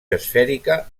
esfèrica